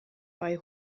bei